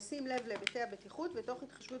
בשים לב להיבטי בטיחות ותוך התחשבות